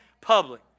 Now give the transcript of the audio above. public